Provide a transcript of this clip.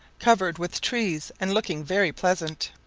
covered with trees and looking very pleasant.